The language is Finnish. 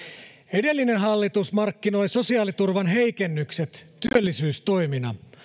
edellinen hallitus markkinoi sosiaaliturvan heikennykset työllisyystoimina